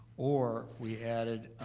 or we added,